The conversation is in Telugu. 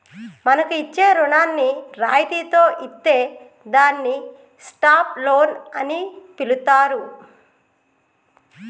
మనకు ఇచ్చే రుణాన్ని రాయితితో ఇత్తే దాన్ని స్టాప్ లోన్ అని పిలుత్తారు